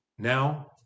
Now